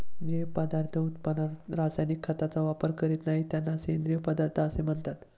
जे पदार्थ उत्पादनात रासायनिक खतांचा वापर करीत नाहीत, त्यांना सेंद्रिय पदार्थ असे म्हणतात